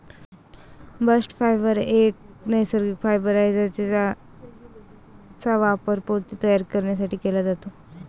bast fibre एक नैसर्गिक fibre आहे ज्याचा वापर पोते तयार करण्यासाठी केला जातो